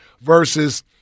versus